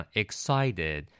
excited